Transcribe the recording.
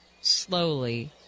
slowly